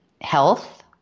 health